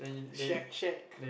shack shack